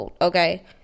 okay